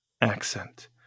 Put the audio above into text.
accent